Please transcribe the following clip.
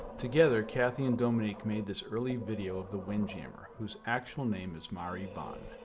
together, cathy and dominique made this early video of the windjammer whose actual name is mairi bhan.